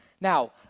Now